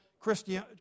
Christian